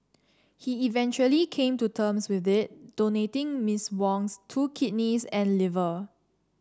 he eventually came to terms with it donating Miss Wong's two kidneys and liver